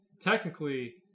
technically